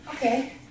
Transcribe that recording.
Okay